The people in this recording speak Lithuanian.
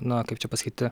na kaip čia pasakyti